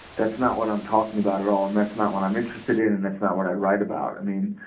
that's not what i'm talking about at all, and that's not what i'm interested in, and that's not what i write about, i mean,